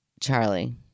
Charlie